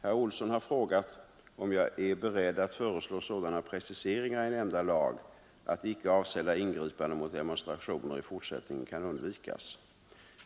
Herr Olsson i Kil har frågat om jag är beredd föreslå sådana preciseringar i nämnda lag att icke avsedda ingripanden mot demonstrationer i fortsättningen kan undvikas.